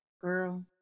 Girl